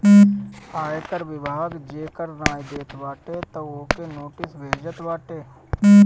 आयकर विभाग जे कर नाइ देत बाटे तअ ओके नोटिस भेजत बाटे